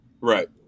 Right